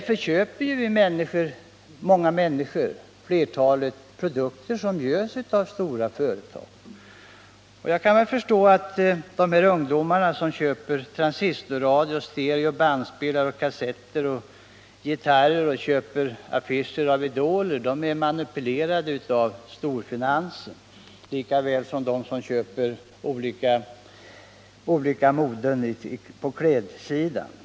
Flertalet människor köper produkter som tillverkas av stora företag. Jag kan förstå att han tror att de ungdomar som köper transistorradioapparater, stereoanläggningar, kassettbandspelare, gitarrer eller affischer av idoler är manipulerade av storfinansen, lika väl som de som följer klädmodet.